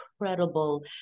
incredible